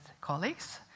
colleagues